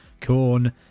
corn